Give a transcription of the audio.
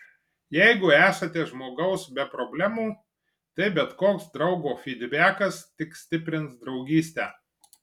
jeigu esate žmogaus be problemų tai bet koks draugo fydbekas tik stiprins draugystę